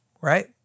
right